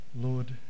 Lord